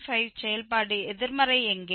5 செயல்பாடு எதிர்மறை எங்கே